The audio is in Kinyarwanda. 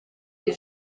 iri